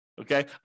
okay